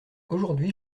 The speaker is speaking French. aujourd’hui